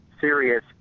serious